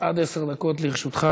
עד עשר דקות לרשותך.